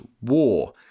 War